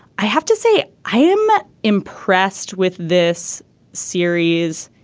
i have to say i am impressed with this series